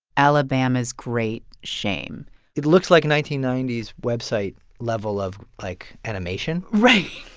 alabama's great shame it looks like a nineteen ninety s website level of, like, animation right,